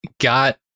got